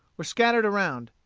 were scattered around.